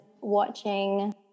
watching